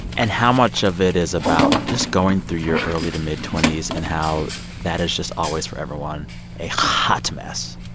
and how much of it is about just going through your early to mid twenty s and how that is just always for everyone a hot mess?